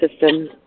system